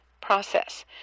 process